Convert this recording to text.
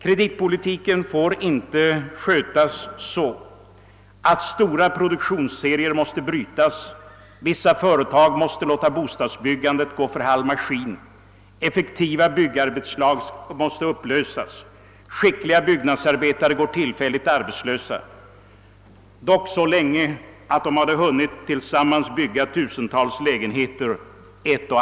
Kreditpolitiken till bostadsbyggandet får inte skötas så att stora produktionsserier måste brytas, att vissa företag måste låta bostadsbyggandet gå för halv maskin, att effektiva byggarbetslag måste upplösas och skickliga byggnadsarbetare tillfälligt gå arbetslösa, kanske så länge att de vissa år hade hunnit bygga tusentals lägenheter.